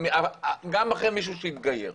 גם אחרי מישהו שהתגייר.